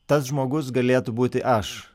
tas žmogus galėtų būti aš